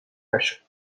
نشو